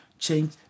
Change